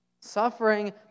Suffering